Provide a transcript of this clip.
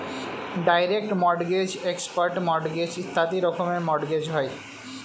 direct mortgage, expert mortgage ইত্যাদি রকমের mortgage হয়